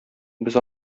без